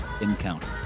Encounter